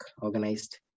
organized